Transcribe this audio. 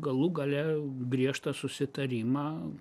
galų gale griežtą susitarimą